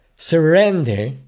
Surrender